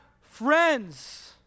friends